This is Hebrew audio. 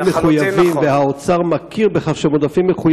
אז כנראה זו טעות סופר, כמו שאומרים.